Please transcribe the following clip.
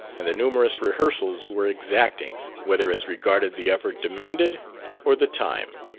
and the numerous rehearsals were exacting, whether as regarded the effort demanded or the time.